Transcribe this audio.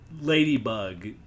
Ladybug